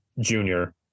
junior